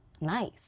nice